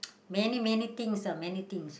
many many things ah many things